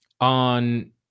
on